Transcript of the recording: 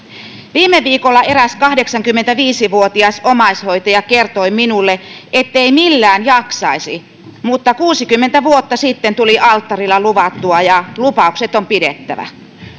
viime viikolla eräs kahdeksankymmentäviisi vuotias omaishoitaja kertoi minulle ettei millään jaksaisi mutta kuusikymmentä vuotta sitten tuli alttarilla luvattua ja lupaukset on pidettävä